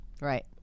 Right